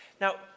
Now